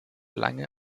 lange